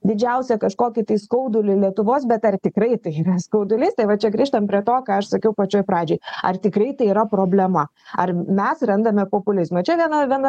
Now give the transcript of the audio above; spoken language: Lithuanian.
didžiausią kažkokį tai skaudulį lietuvos bet ar tikrai tai yra skaudulys tai va čia grįžtam prie to ką aš sakiau pačioj pradžioj ar tikrai tai yra problema ar mes randame populizmą čia viena viena